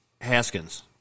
Haskins